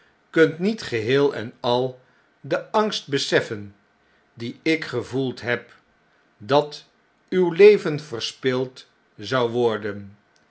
kunt niet geheel en al den angstbeseffen dien ik gevoeld heb dat uw leven verspild zou worden